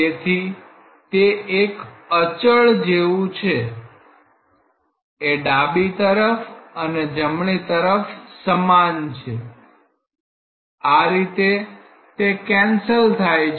તેથી તે એક અચળ જેવું છે એ ડાબી તરફ અને જમણી તરફ સમાન છે આ રીતે તે કેન્સલ થાય છે